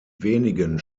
wenigen